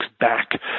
back